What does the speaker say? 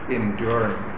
enduring